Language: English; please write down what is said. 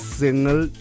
single